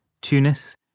Tunis